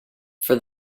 for